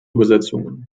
übersetzungen